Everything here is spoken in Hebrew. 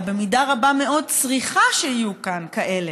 אלא במידה רבה מאוד צריכה שיהיו כאן כאלה.